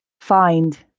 find